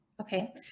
Okay